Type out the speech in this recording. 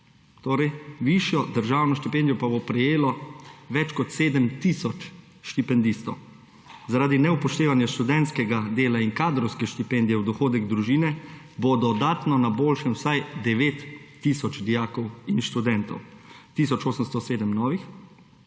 novih, višjo državno štipendijo pa bo prejelo več kot 7 tisoč štipendistov. Zaradi neupoštevanja študentskega dela in kadrovske štipendije v dohodek družine bo dodatno na boljšem vsaj 9 tisoč dijakov in študentov, tisoč 807 novih.